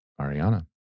Ariana